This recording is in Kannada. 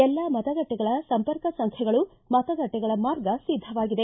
ಎಲ್ಲಾ ಮತಗಟ್ಟೆಗಳ ಸಂಪರ್ಕ ಸಂಖ್ಯೆಗಳು ಮತಗಟ್ಟೆಗಳ ಮಾರ್ಗ ಸಿದ್ದವಾಗಿದೆ